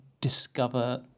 discover